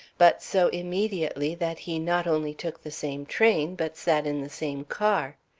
but so immediately that he not only took the same train, but sat in the same car.